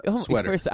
sweater